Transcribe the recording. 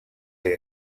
they